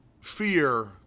fear